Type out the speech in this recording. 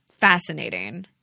Fascinating